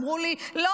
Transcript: ואמרו לי: לא,